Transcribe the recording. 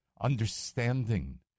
understanding